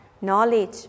knowledge